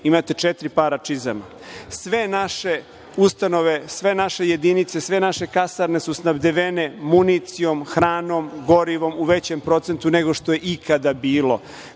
četiri para čizama. Sve naše ustanove, sve naše jedinice, sve naše kasarne su snabdevene municijom, hranom, gorivom u većem procentu nego što je ikada bilo. Mi